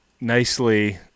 nicely